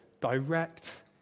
direct